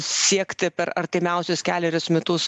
siekti per artimiausius kelerius metus